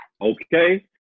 Okay